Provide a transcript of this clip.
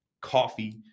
coffee